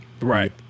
right